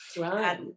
right